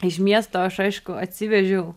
iš miesto aš aišku atsivežiau